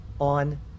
on